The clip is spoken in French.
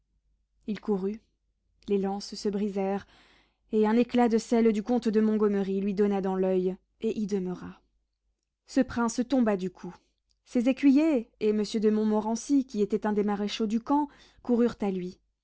il courut les lances se brisèrent et un éclat de celle du comte de montgomery lui donna dans l'oeil et y demeura ce prince tomba du coup ses écuyers et monsieur de montmorency qui était un des maréchaux du camp coururent à lui